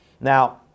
Now